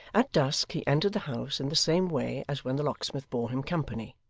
at dusk, he entered the house in the same way as when the locksmith bore him company,